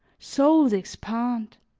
souls expand,